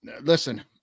listen